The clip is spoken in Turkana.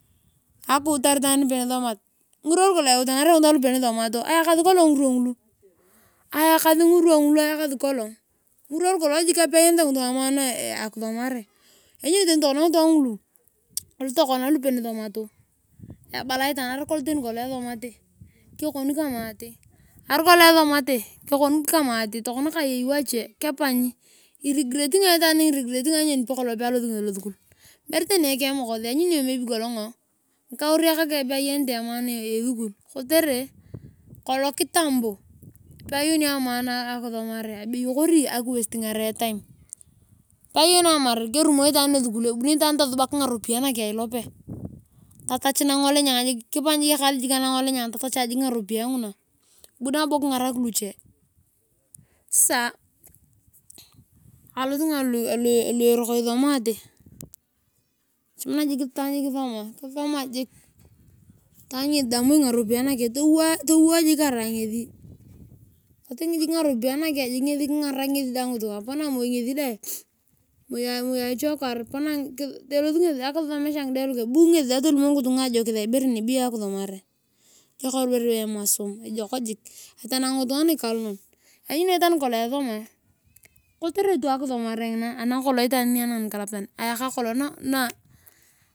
Akuutar itaan rupe nisomat. Ngirwa lukolong eutanare ngitunga lupe nisomato aekasi kolong ngirwa ngulu. ayakasi kolong. Ngirwa lukulong peyonete ngitunga amaan akisomare. Lanyuni yong toni ngutunga ngulu lukokana luoe nisomato ebala itaani aarai kolong tani esomate kekoni kama ati. arai kolong esomato kekoni kama ati tokona kayei washe nioanyi irigretungae itaan nyoni pe alosio kolongo nges losukul meere tani eke mokos lanyuni maybe kolongo ngikaureak keng peyanete amaan esukul kotere kolong kitambo deayenio amaan akisomare abeyo kori akiwestingare etime. peayeno amar kerumo itaan esukul ebuni itaan tusubak ngaropiya nakeng elope tatach nangolenyang jiik kipany jik ekaas anangolenyang tatochae jik ngaropi yae nguna bnu nabo kingarak luche. Sasa alotunga aberoko isomate echamakinae jik itaan isomae jiik yaany ngesi dae ngaropiya nakeng towo jiik arai ngesi toting jik ngarapiyae nakeng ngesi kingarakinae ngeri dang ngitunga panaer moi ngesi dang. Moi achakwaar elosi ngesi dae kisomesha ngide lukeng bu ngesi dang tolimi ngitunga ajokis aibere anibeyo akisomar ejok ibore be emosom etanang ngitung nikalonon. Lanyuni yong itaan nikolong esomae kotere tu akisomare ngina anang kolong itaan ngiri anang nikalapitan.